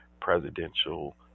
presidential